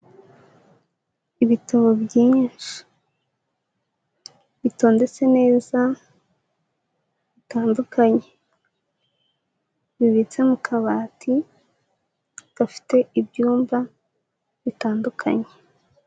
Ibitabo byinshi bitondetse neza, bitandukanye bibitse mu kabati gafite ibyumba bitandukanye.